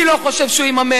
אני לא חושב שהוא יממש,